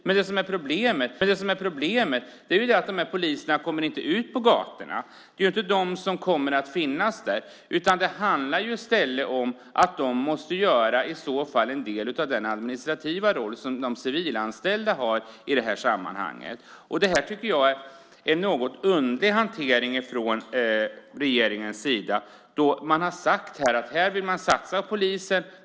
Men problemet är att de här poliserna inte kommer ut på gatorna. De kommer inte att finnas där. Det handlar i stället om att de i så fall måste fylla en del av den administrativa roll som de civilanställda har i sammanhanget. Det tycker jag är en något underlig hantering från regeringens sida. Man har sagt att man vill satsa på polisen.